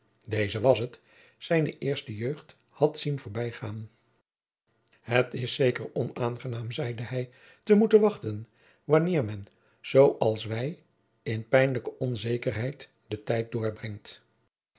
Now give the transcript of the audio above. deze was het zijne eerste jeugd had zien voorbijgaan het is zeker onaangenaam zeide hij te moeten wachten wanneer men zoo als wij in pijnlijke onzekerheid den tijd doorbrengt